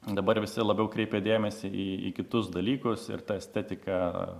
dabar visi labiau kreipia dėmesį į kitus dalykus ir ta estetika